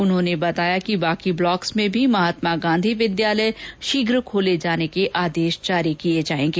उन्होंने बताया कि बाकी ब्लॉकों में भी महात्मा गांधी विद्यालय शीघ्र खोले जाने के लिए आदेश जारी किए जाएंगे